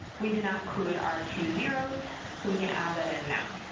we did not include our two zeros, so we can add that in now.